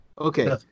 Okay